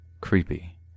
Creepy